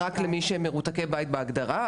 רק למי שהם מרותקי בית בהגדרה,